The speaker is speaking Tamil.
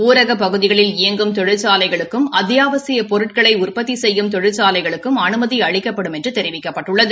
ஜரக பகுதிகளில் இயங்கும் தொழிற்சாலைகளுக்கும் அத்தியாவசியப் பொருட்களை உற்பத்தி செய்யும் தொழிற்சாலைகளுக்கும் அனுமதி அளிக்கப்படும் என்று தெரிவிக்கப்பட்டுள்ளது